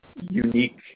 unique